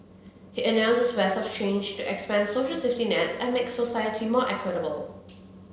he announced a swathe of change to expand social safety nets and make society more equitable